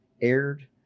aired